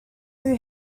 who